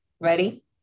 Ready